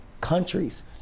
countries